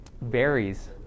varies